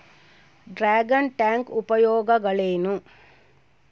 Dragon tank ಉಪಯೋಗಗಳೇನು?